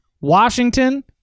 Washington